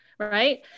right